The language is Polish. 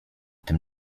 tym